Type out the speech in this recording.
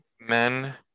Men